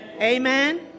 Amen